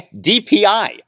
DPI